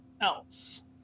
else